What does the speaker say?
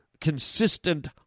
consistent